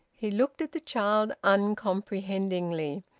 he looked at the child uncomprehendingly,